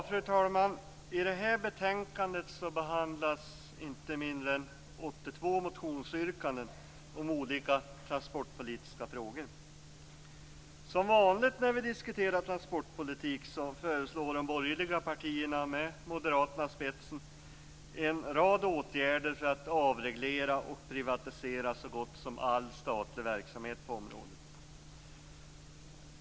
Fru talman! I det här betänkandet behandlas inte mindre än 82 motionsyrkanden om olika transportpolitiska frågor. Som vanligt när vi diskuterar transportpolitik föreslår de borgerliga partierna med Moderaterna i spetsen en rad åtgärder för att avreglera och privatisera så gott som all statlig verksamhet på området.